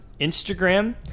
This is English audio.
Instagram